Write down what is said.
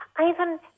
Ivan